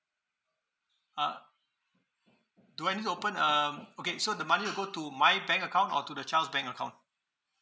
uh do I need to open um okay so the money will go to my bank account or to the child's bank account